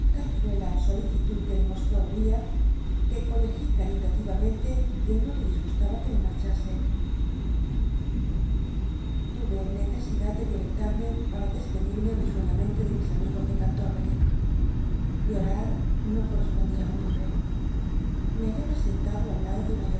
fué la solicitud que dcmosttó ul'iah qnc colegí caritativamente que no le disgustaba que me marchase tuve necesidad de violentarme para desped irme risueñamcnte de mis amigos de cantol'l ci'y llorar no correspondía í un hombtc me hallaba sentado aliado del mayoral